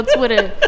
Twitter